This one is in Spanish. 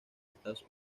estados